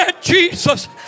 Jesus